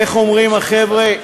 איך אומרים החבר'ה,